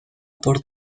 por